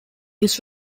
this